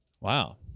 Wow